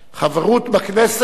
חברות בכנסת